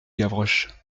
gavroche